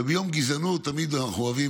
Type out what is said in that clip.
ביום המאבק בגזענות תמיד אנחנו אוהבים